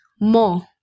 more